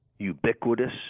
ubiquitous